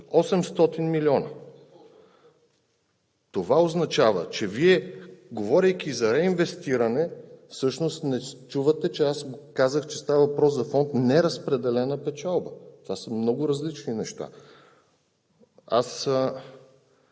ЖЕЛЯЗКОВ: Това означава, че Вие, говорейки за реинвестиране, всъщност не чувате, че аз казах, че става въпрос за фонд „Неразпределена печалба“. Това са много различни неща.